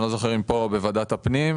אני לא זוכר אם פה או בוועדת הפנים.